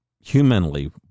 humanly